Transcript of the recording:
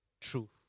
true